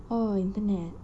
oh internet